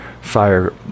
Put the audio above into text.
fire